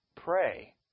pray